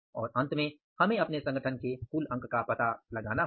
और अंत में हमें अपने संगठन के कुल अंक का पता लगाना होगा